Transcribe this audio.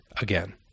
again